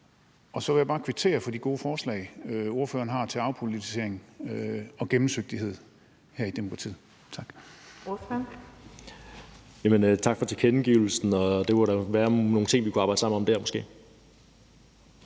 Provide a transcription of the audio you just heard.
Og så vil jeg bare kvittere for de gode forslag, ordføreren har til afpolitisering og gennemsigtighed. Tak.